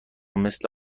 مثل